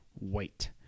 wait